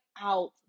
out